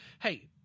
Hey